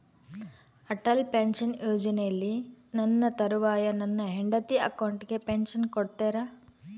Atal pension ಯೋಜನೆಯಲ್ಲಿ ನನ್ನ ತರುವಾಯ ನನ್ನ ಹೆಂಡತಿ ಅಕೌಂಟಿಗೆ ಪೆನ್ಶನ್ ಕೊಡ್ತೇರಾ?